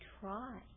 try